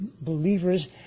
believers